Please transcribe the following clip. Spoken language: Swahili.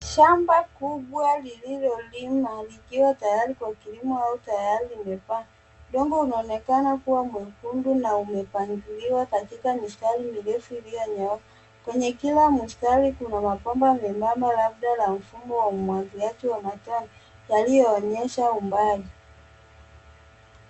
Shamba kubwa lililolimwa likiwa tayari kwa kilimo au tayari imepandwa. Udongo unaonekana kuwa mwekundu na umepangiliwa katika mistari mirefu iliyonyooka. Kwenye kila mstari kuna mabomba membamba labda la mfumo wa umwagiliaji wa matone yaliyoonyesha umbali.